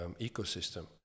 ecosystem